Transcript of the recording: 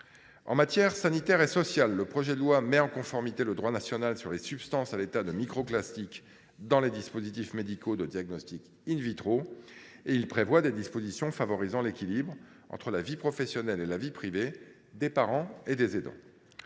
En matière sanitaire et sociale, le projet de loi met en conformité le droit national sur les substances à l’état de microplastiques dans les dispositifs médicaux de diagnostic, et il prévoit des dispositions favorisant l’équilibre entre la vie professionnelle et la vie privée des parents et des aidants.